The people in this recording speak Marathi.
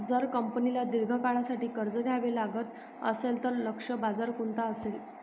जर कंपनीला दीर्घ काळासाठी कर्ज घ्यावे लागत असेल, तर लक्ष्य बाजार कोणता असेल?